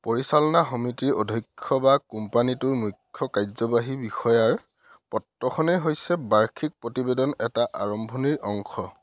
পৰিচালনা সমিতিৰ অধ্যক্ষ বা কোম্পানীটোৰ মূখ্য কাৰ্যবাহী বিষয়াৰ পত্ৰখনেই হৈছে বাৰ্ষিক প্ৰতিবেদন এটাৰ আৰম্ভণিৰ অংশ